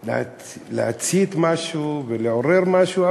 היא באה להצית משהו ולעורר משהו,